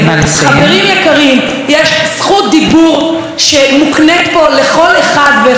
יש זכות דיבור שמוקנית פה לכל אחד ואחת מאזרחי מדינת ישראל.